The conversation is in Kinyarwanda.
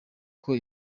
uko